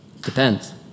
Depends